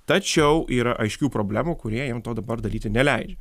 tačiau yra aiškių problemų kurie jiem to dabar daryti neleidžia